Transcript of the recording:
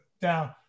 down